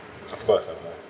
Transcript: of course of course